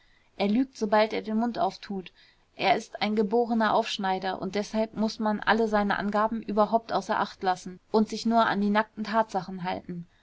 er lügt sobald er den mund auftut er ist ein geborener aufschneider und deshalb muß man alle seine angaben überhaupt außer acht lassen und sich nur an die nackten tatsachen halten